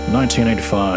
1985